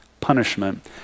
punishment